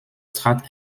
trat